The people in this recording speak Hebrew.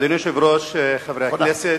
אדוני היושב-ראש, חברי הכנסת,